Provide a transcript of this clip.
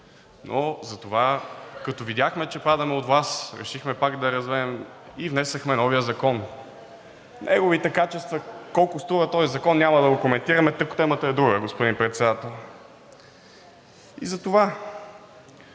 Но затова, като видяхме, че падаме от власт, решихме пак да развеем и внесохме новия закон. Неговите качества, колко струва този закон няма да го коментираме, тъй като темата е друга, господин Председател. И затова